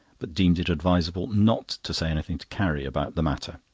but deemed it advisable not to say anything to carrie about the matter.